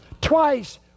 Twice